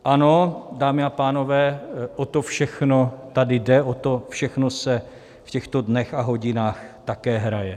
Ano, dámy a pánové, o to všechno tady jde, o to všechno se v těchto dnech a hodinách také hraje.